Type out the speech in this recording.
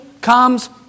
comes